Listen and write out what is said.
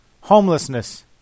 homelessness